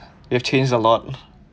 it changed a lot